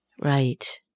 right